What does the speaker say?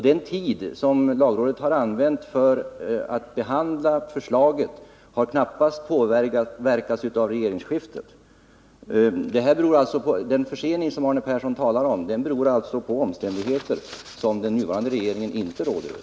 Den tid som lagrådet har använt för att behandla förslaget har knappast påverkats av regeringsskiftet. Förseningen beror alltså, som jag redan sagt, på omständigheter som den nuvarande regeringen inte råder över.